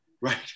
Right